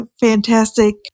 fantastic